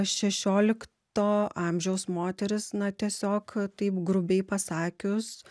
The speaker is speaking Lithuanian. šešiolikto amžiaus moteris na tiesiog taip grubiai pasakius